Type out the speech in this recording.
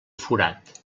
forat